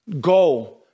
Go